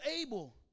able